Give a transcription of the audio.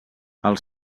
els